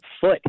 foot